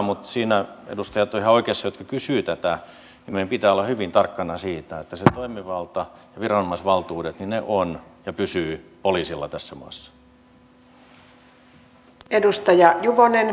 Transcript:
mutta siinä edustajat ovat ihan oikeassa jotka kysyivät tätä että meidän pitää olla hyvin tarkkana siitä että se toimivalta ja viranomaisvaltuudet ovat ja pysyvät poliisilla tässä maassa